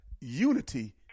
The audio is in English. unity